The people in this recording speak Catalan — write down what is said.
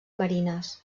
marines